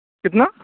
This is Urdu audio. کتنا